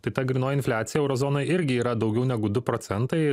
tai ta grynoji infliacija euro zonoj irgi yra daugiau negu du procentai